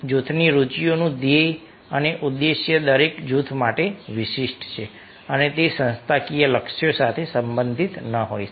જૂથની રુચિઓનું ધ્યેય અને ઉદ્દેશ્ય દરેક જૂથ માટે વિશિષ્ટ છે અને તે સંસ્થાકીય લક્ષ્યો સાથે સંબંધિત ન હોઈ શકે